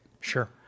Sure